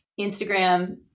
Instagram